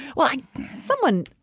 why someone?